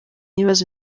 ibibazo